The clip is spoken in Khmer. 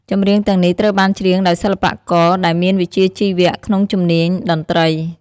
ចម្រៀងទាំងនេះត្រូវបានច្រៀងដោយសិល្បៈករដែលមានវិជ្ជាជីវៈក្នុងជំនាញតន្ត្រី។